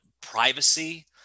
privacy